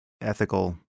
ethical